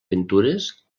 pintures